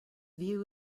view